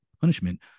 punishment